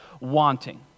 wanting